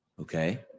Okay